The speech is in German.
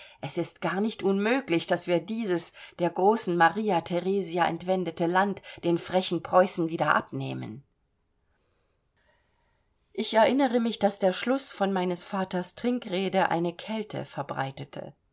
es ist gar nicht unmöglich daß wir dieses der großen maria theresia entwendete land den frechen preußen wieder abnehmen ich erinnere mich daß der schluß von meines vaters trinkrede eine kälte verbreitete